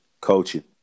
coaching